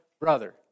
brother